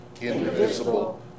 indivisible